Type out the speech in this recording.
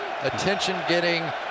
attention-getting